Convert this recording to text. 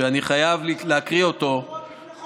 שאני חייב להקריא אותו, רק לפני חודש.